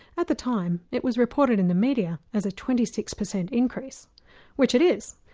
at the time it was reported in the media as a twenty six percent increase which it is,